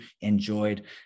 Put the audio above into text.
enjoyed